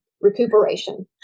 recuperation